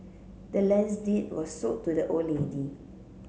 the land's deed was sold to the old lady